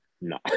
No